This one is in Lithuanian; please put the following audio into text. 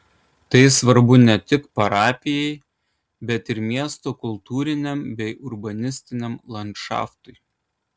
tai svarbu ne tik parapijai bet ir miesto kultūriniam bei urbanistiniam landšaftui